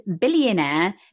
billionaire